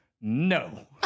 no